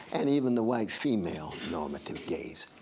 and even the white female normative gaze.